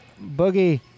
boogie